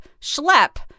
schlep